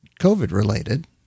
COVID-related